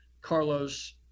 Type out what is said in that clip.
Carlos